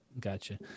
gotcha